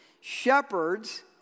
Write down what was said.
Shepherds